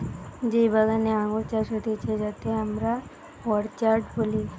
যেই বাগানে আঙ্গুর চাষ হতিছে যাতে আমরা অর্চার্ড বলি